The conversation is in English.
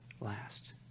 last